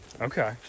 Okay